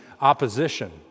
opposition